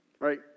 Right